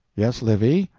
yes, livy.